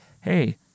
hey